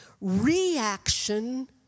reaction